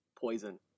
Poison